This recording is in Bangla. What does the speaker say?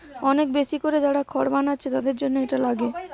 অনেক বেশি কোরে যারা খড় বানাচ্ছে তাদের জন্যে এটা লাগে